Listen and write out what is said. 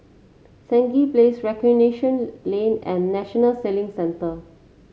Stangee Place Recreation Lane and National Sailing Centre